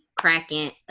cracking